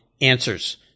answers